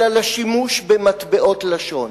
אלא לשימוש במטבעות לשון: